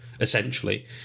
Essentially